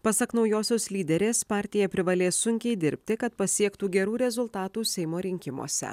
pasak naujosios lyderės partija privalės sunkiai dirbti kad pasiektų gerų rezultatų seimo rinkimuose